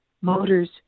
Motors